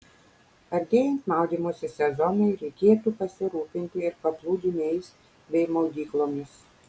artėjant maudymosi sezonui reikėtų pasirūpinti ir paplūdimiais bei maudyklomis